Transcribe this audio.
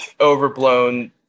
overblown